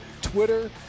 Twitter